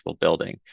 building